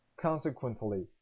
Consequently